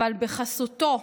אבל בחסותו,